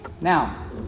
Now